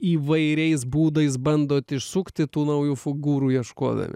įvairiais būdais bandot išsukti tų naujų figūrų ieškodami